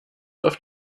auf